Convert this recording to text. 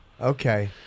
okay